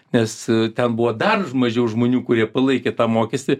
nes a ten buvo dar mažiau žmonių kurie palaikė tą mokestį